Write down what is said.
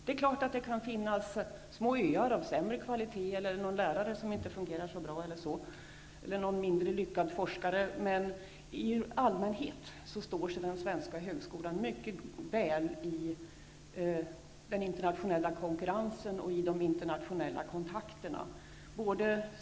Det är klart att det kan finnas små öar av sämre kvalitet, någon lärare som inte fungerar så bra eller någon mindre lyckad forskare, men i allmänhet står sig den svenska högskolan mycket väl i den internationella konkurrensen och i de internationella kontakterna.